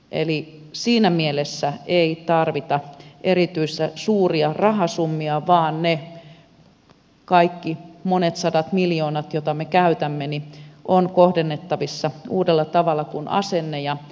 eli siinä mielessä ei tarvita erityisen suuria rahasummia vaan ne kaikki monet sadat miljoonat joita me käytämme ovat kohdennettavissa uudella tavalla kun asenne ja suunta muuttuvat